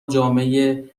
جامعه